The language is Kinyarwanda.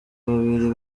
babiri